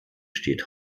steht